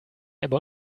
ebbe